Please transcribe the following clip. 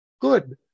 Good